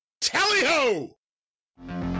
Tally-ho